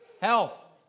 Health